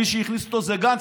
מי שהכניס אותו זה גנץ,